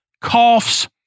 coughs